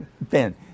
Ben